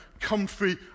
comfy